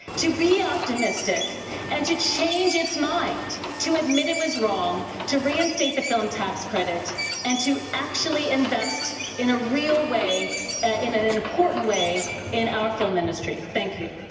to be optimistic and to change its mind to admit it was wrong, to reinstate the film tax credit and to actually invest in a real way in an an important way in our film industry. thank you.